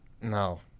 No